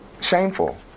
Shameful